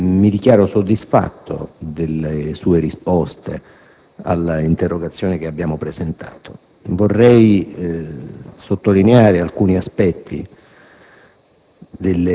mi dichiaro soddisfatto delle sue risposte all'interrogazione presentata. Vorrei sottolineare alcuni aspetti